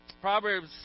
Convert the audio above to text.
Proverbs